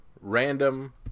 random